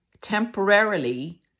temporarily